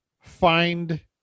find